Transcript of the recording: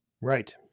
Right